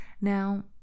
Now